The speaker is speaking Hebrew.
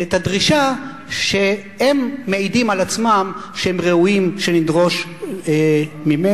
את הדרישה שהם מעידים על עצמם שהם ראויים שנדרוש ממנה,